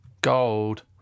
gold